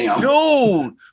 dude